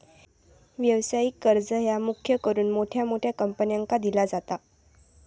व्यवसायिक कर्ज ह्या मुख्य करून मोठ्या मोठ्या कंपन्यांका दिला जाता